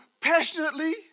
passionately